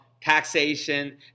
taxation